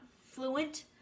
fluent